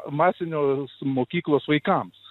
masinės mokyklos vaikams